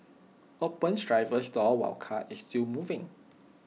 open driver's door while car is still moving